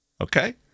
Okay